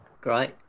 Great